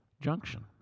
junction